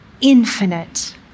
infinite